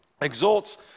exalts